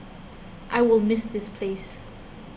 I will miss this place